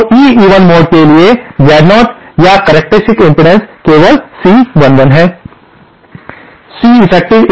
तो E even mode के लिए Z0 या करक्टेरिस्टिक्स इम्पीडेन्स केवल C11 है